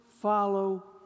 follow